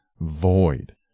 void